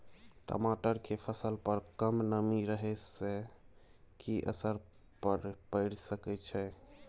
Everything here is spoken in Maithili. टमाटर के फसल पर कम नमी रहै से कि असर पैर सके छै?